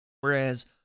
Whereas